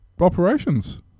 operations